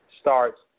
starts